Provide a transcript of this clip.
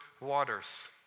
waters